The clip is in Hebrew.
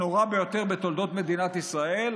הנורא ביותר בתולדות מדינת ישראל,